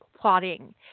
Plotting